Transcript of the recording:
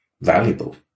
valuable